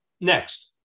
Next